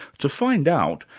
to find out,